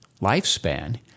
lifespan